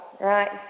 right